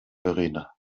verena